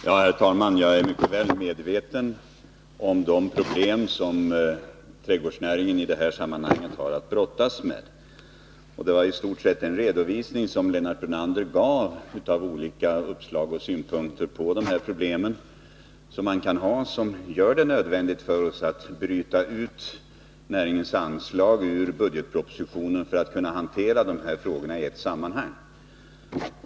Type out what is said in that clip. Herr talman! Jag är mycket väl medveten om de problem som trädgårdsnäringen har att brottas med i detta sammanhang. Det var i stort sett en redovisning av olika uppslag och synpunkter på dessa problem som Lennart Brunander gav och som gör det nödvändigt för oss att bryta ut näringens anslag ur budgetpropositionen för att kunna hantera dessa frågor i ett sammanhang.